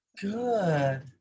good